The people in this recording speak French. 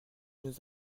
nous